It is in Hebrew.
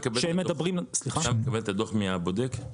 אתה מקבל את הדוח מהבודק?